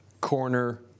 corner